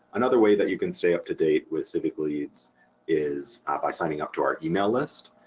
another way that you can stay up to date with civicleads is by signing up to our email list.